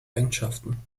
eigenschaften